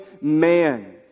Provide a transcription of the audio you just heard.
man